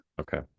Okay